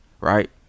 Right